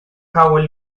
howell